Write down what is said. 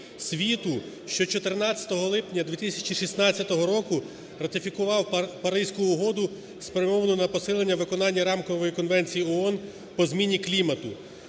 що 14 липня 2016 року ратифікувала Паризьку угоду, спрямовану на посилення виконання Рамкової конвенції ООН по зміні клімату.